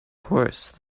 course